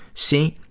see,